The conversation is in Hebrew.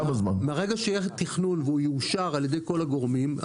מרגע שיהיה תכנון ויאושר על ידי כל הגורמים.